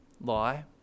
lie